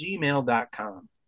gmail.com